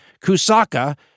Kusaka